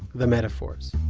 the metaphors,